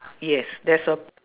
yes there's a